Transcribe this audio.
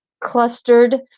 clustered